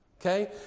Okay